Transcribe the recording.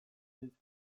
zaizkit